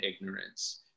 ignorance